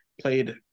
played